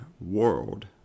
World